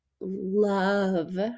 love